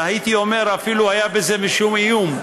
והייתי אומר, אפילו היה בזה משום איום.